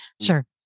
Sure